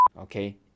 Okay